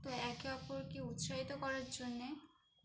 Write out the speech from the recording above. তো একে অপরকে উৎসাহিত করার জন্যে